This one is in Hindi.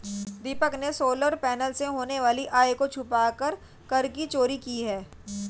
दीपक ने सोलर पैनल से होने वाली आय को छुपाकर कर की चोरी की है